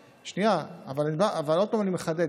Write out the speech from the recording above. אבל עוד פעם אני מחדד.